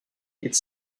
est